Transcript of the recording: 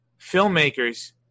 filmmakers